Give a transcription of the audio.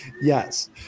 Yes